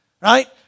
Right